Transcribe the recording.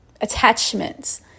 attachments